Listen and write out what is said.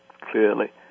clearly